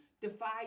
defy